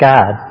God